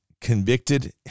convicted